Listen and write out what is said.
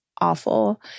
awful